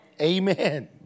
Amen